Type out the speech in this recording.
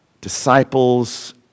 Disciples